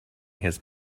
his